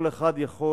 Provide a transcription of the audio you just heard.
כל אחד יכול